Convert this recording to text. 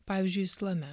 pavyzdžiui islame